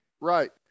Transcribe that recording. Right